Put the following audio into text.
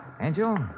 Angel